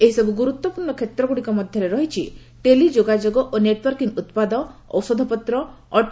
ଏହିସବୁ ଗୁରୁତ୍ୱପୂର୍ଣ୍ଣ କ୍ଷେତ୍ରଗୁଡ଼ିକ ମଧ୍ୟରେ ରହିଛି ଟେଲି ଯୋଗାଯୋଗ ଓ ନେଟ୍ୱାର୍କିଂ ଉତ୍ପାଦ ଔଷଧପତ୍ର ଅଟେ